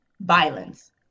violence